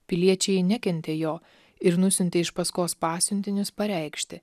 piliečiai nekentė jo ir nusiuntė iš paskos pasiuntinius pareikšti